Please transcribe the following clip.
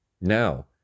Now